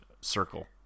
circle